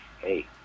Hey